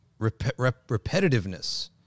repetitiveness